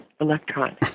electron